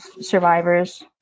survivors